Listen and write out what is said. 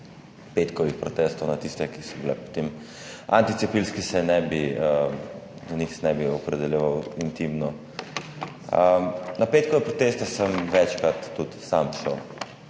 petkovih protestov, do tistih, ki so bili potem anticepilski, se ne bi opredeljeval intimno. Na petkove proteste sem večkrat tudi sam šel.